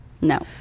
No